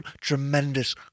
tremendous